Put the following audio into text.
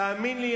תאמין לי,